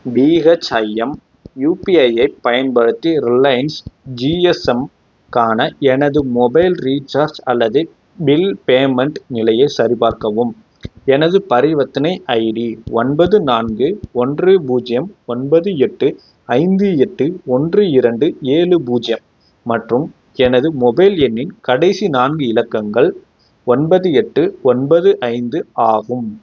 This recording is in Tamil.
பிஹெச்ஐஎம் யுபிஐ ஐப் பயன்படுத்தி ரிலையன்ஸ் ஜி எஸ் எம் க்கான எனது மொபைல் ரீசார்ஜ் அல்லது பில் பேமெண்ட் நிலையைச் சரிபார்க்கவும் எனது பரிவர்த்தனை ஐடி ஒன்பது நான்கு ஒன்று பூஜ்ஜியம் ஒன்பது எட்டு ஐந்து எட்டு ஒன்று இரண்டு ஏழு பூஜ்ஜியம் மற்றும் எனது மொபைல் எண்ணின் கடைசி நான்கு இலக்கங்கள் ஒன்பது எட்டு ஒன்பது ஐந்து ஆகும்